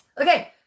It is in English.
Okay